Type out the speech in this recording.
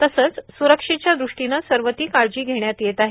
तसंच सुरक्षेच्या दृष्टीनं सर्व ती काळजी घेण्यात येत आहे